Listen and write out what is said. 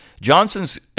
Johnson's